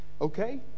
okay